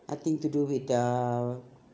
I think to do with their